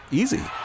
easy